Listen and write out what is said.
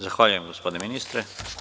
Zahvaljujem gospodine ministre.